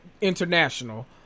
international